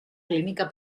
clínica